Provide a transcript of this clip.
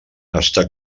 estar